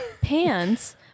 pants